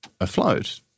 afloat